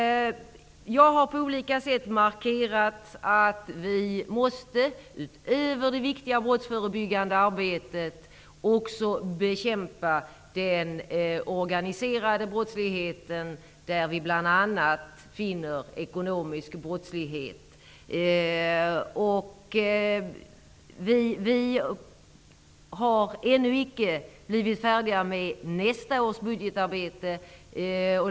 Jag har på olika sätt markerat att vi utöver det viktiga brottsförebyggande arbetet också måste bekämpa den organiserade brottsligheten, bl.a. den ekonomiska brottsligheten. Vi har ännu icke blivit färdiga med nästa års budgetarbete.